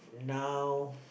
now